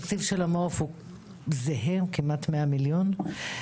התקציב של המעו"ף זהה, הוא כמעט 100 מיליון ₪.